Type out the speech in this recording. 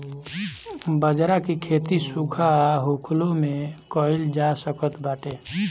बजरा के खेती सुखा होखलो में कइल जा सकत बाटे